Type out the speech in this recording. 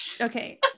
okay